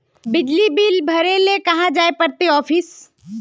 बिजली बिल भरे ले कहाँ जाय पड़ते ऑफिस?